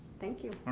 thank you.